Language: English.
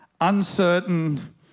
uncertain